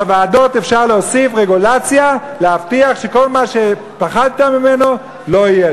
בוועדות אפשר להוסיף רגולציה להבטיח שכל מה שפחדת ממנו לא יהיה.